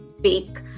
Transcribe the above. bake